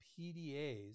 PDAs